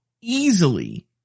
easily